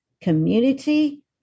community